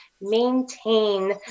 maintain